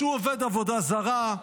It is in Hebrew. שהוא עובד עבודה זרה.